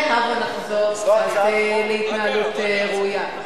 הבה נחזור להתנהלות ראויה.